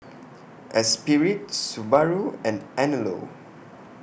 Esprit Subaru and Anello